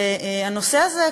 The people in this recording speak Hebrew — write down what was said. הנושא הזה,